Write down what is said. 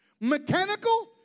mechanical